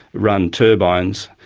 run turbines,